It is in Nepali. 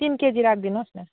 तिन केजी राखिदिनुहोस् न